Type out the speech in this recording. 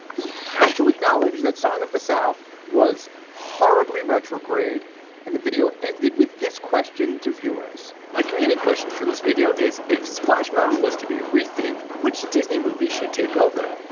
he had to acknowledge that song of the south was horribly retrograde and the video ended with this question to viewers like community question for this video is, if splash mountain was to be received, which disney movie should take over?